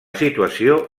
situació